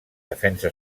defensa